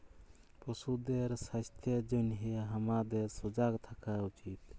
পশুদের স্বাস্থ্যের জনহে হামাদের সজাগ থাকা উচিত